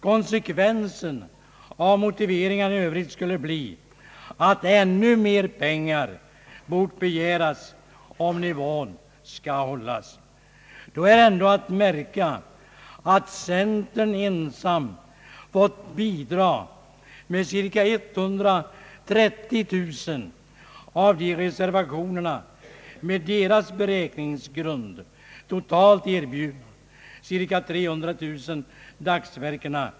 Konsekvensen av motiveringarna i Övrigt skulle bli att ännu mer pengar bort begäras om nivån skall hållas. Då är att märka att centern genom sin reservation 3 ensam fått bidra med cirka 130 000 kronor av de i reservationerna med deras beräkningsgrund totalt erbjudna cirka 300 000 dagsverkena.